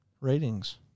ratings